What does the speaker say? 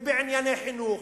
ובענייני חינוך,